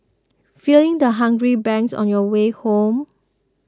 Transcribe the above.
feeling the hunger pangs on your way home